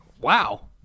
wow